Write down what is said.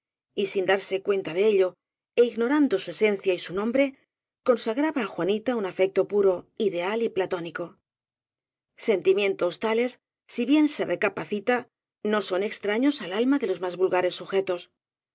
y sin darse cuenta de ello é ignorando su esencia y su nom bre consagraba á juanita un afecto puro ideal y platónico sentimientos tales si bien se recapacita no son extraños al alma de los más vulgares suje